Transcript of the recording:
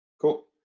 Cool